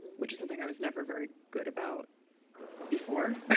which is something i was never very good about before,